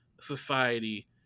society